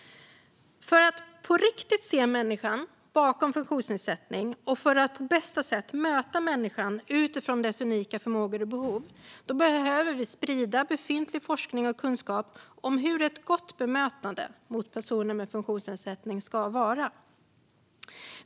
För att på riktigt se människan bakom funktionsnedsättningen och för att på bästa sätt möta människan utifrån vars och ens unika förmågor och behov behöver vi sprida befintlig forskning och kunskap om hur ett gott bemötande mot personer med funktionsnedsättning ska vara.